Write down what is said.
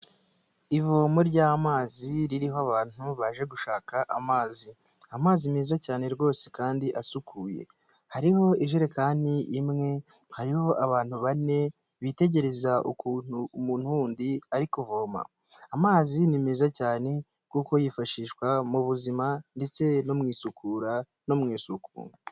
Ivomo ry'amazi ririho abantu baje gushaka amazi ,amazi meza cyane rwose kandi asukuye, hariho ijerekani imwe, hariho abantu bane bitegereza ukuntu umuntu wundi ari kuvoma, amazi ni meza cyane kuko yifashishwa mu buzima ndetse no mu isukura no mu isuku.